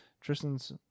Tristan's